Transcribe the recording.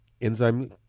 Enzyme